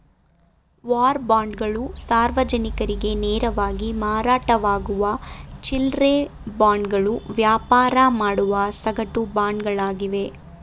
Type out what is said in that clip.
war ಬಾಂಡ್ಗಳು ಸಾರ್ವಜನಿಕರಿಗೆ ನೇರವಾಗಿ ಮಾರಾಟವಾಗುವ ಚಿಲ್ಲ್ರೆ ಬಾಂಡ್ಗಳು ವ್ಯಾಪಾರ ಮಾಡುವ ಸಗಟು ಬಾಂಡ್ಗಳಾಗಿವೆ